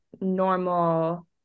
normal